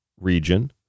region